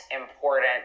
important